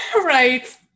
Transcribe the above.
Right